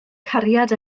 cariad